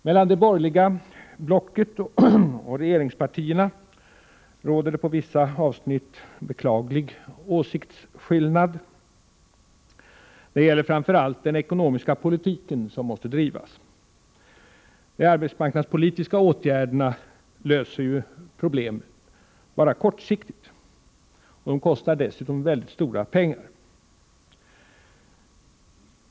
Mellan det borgerliga blocket och regeringspartierna råder det på vissa avsnitt en beklaglig åsiktsskillnad. Det gäller framför allt den ekonomiska politik som måste drivas. De arbetsmarknadspolitiska åtgärderna löser ju problemen bara kortsiktigt, och de kostar dessutom mycket stora pengar.